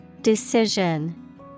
Decision